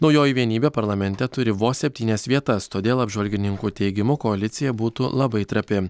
naujoji vienybė parlamente turi vos septynias vietas todėl apžvalgininkų teigimu koalicija būtų labai trapi